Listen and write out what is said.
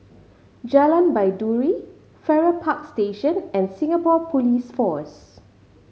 Jalan Baiduri Farrer Park Station and Singapore Police Force